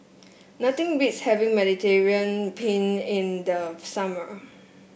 nothing beats having Mediterranean Penne in the summer